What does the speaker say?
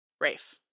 Rafe